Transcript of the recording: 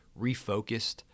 refocused